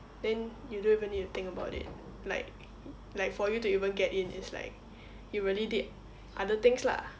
then you don't even need to think about it like like for you to even get in is like you really did other things lah